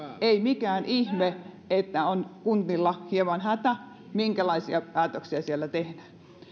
ei mikään ihme että on kunnilla hieman hätä minkälaisia päätöksiä siellä tehdään